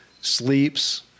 sleeps